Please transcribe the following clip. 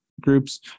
groups